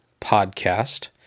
Podcast